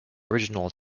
original